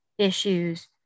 issues